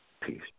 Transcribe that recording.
Peace